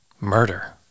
murder